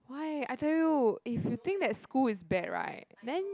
why I tell you if you think that school is bad right then